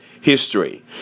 history